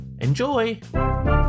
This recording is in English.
Enjoy